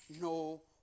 no